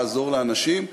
לעזור לאנשים,